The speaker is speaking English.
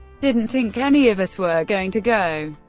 didn't think any of us were going to go.